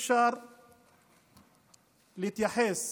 אי-אפשר להתייחס